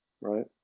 right